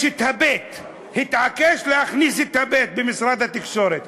יש בי"ת, התעקש להכניס את הבי"ת, במשרד התקשורת.